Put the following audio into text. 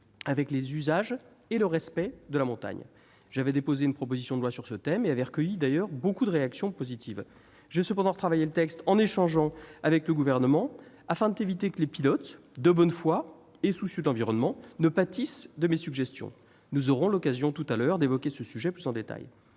avec les usages et le respect de la montagne. J'avais déposé une proposition de loi sur ce thème et recueilli nombre de réactions positives. J'ai cependant retravaillé le texte en échangeant avec le Gouvernement, afin d'éviter que les pilotes de bonne foi et soucieux de l'environnement ne pâtissent de mes suggestions. Nous aurons l'occasion tout à l'heure d'évoquer ce sujet plus en détail.